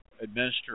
administer